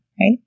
right